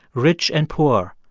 rich and poor,